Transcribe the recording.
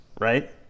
right